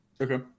Okay